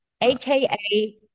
aka